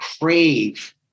crave